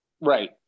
right